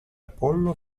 apollo